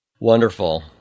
Wonderful